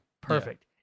Perfect